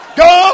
go